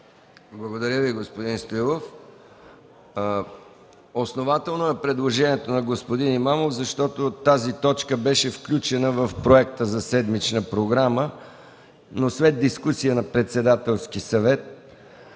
Благодаря Ви, господин Стоилов. Основателно е предложението на господин Имамов, защото тази точка беше включена в Проекта за седмична програма, но след дискусия на Председателския съвет